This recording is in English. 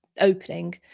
opening